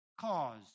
cause